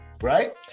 right